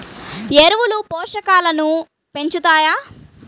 ఎరువులు పోషకాలను పెంచుతాయా?